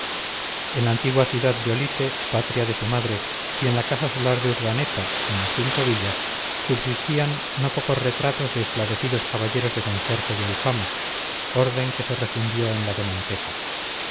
en la antigua ciudad de olite patria de su madre y en la casa solar de urdaneta en las cinco villas subsistían no pocos retratos de esclarecidos caballeros de san jorge de alfama orden que se refundió en la de montesa